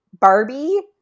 barbie